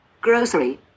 grocery